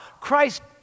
christ